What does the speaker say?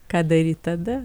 ką daryt tada